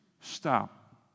stop